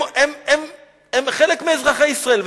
הם חלק מאזרחי ישראל.